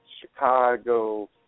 Chicago